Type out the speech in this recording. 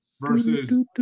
versus